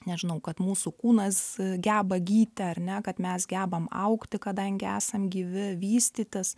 nežinau kad mūsų kūnas geba gydyti ar ne kad mes gebam augti kadangi esam gyvi vystytis